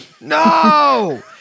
No